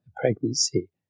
pregnancy